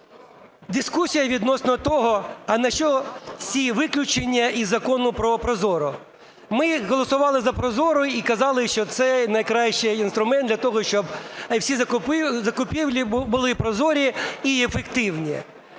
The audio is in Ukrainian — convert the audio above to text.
дискусія відносно того, а на що ці виключення із Закону про ProZorro? Ми, як голосували за ProZorro, казали, що це найкращий інструмент для того, щоб всі закупівлі були прозорі і ефективні.